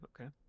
okay